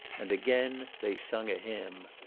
and again they sung a hymn.